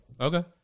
Okay